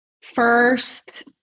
First